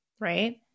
right